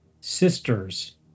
sisters